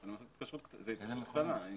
כי זאת התקשרות קטנה.